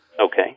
Okay